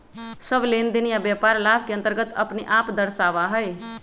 सब लेनदेन या व्यापार लाभ के अन्तर्गत अपने आप के दर्शावा हई